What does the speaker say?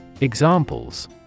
Examples